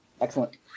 Excellent